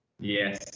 Yes